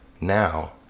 Now